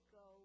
go